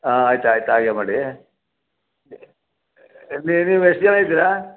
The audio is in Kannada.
ಆಂ ಆಯ್ತು ಆಯ್ತು ಹಾಗೇ ಮಾಡಿ ನೀವು ನೀವು ಎಷ್ಟು ಜನ ಇದ್ದೀರಾ